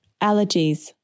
allergies